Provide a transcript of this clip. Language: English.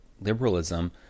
liberalism